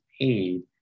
paid